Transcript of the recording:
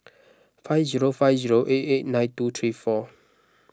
five zero five zero eight eight nine two three four